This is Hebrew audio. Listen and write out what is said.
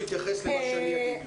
הוא יתייחס למה שאני אגיד לו.